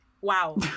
Wow